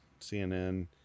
cnn